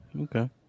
Okay